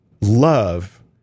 Love